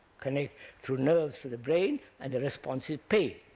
connects through nerves to the brain and the response is pain.